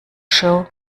show